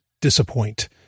disappoint